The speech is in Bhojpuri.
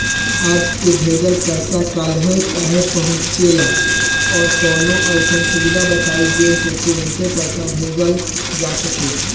आज के भेजल पैसा कालहे काहे पहुचेला और कौनों अइसन सुविधा बताई जेसे तुरंते पैसा भेजल जा सके?